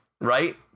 right